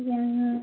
হুম